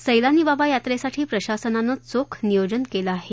सैलानी बाबा यात्रेसाठी प्रशासनानं चोख नियोजन केलं आहे